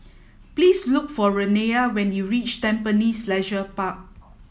please look for Renea when you reach Tampines Leisure Park